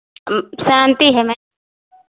शान्ति है मैम